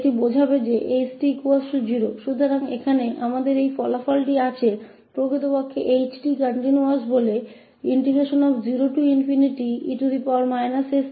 तो यहाँ यह परिणाम हमारे पास है हमारे पास है 0e st𝑓𝑡 − 𝑔𝑡𝑑t0 और यह वास्तव में इसलिए है क्योंकि यह 𝑡 continuous है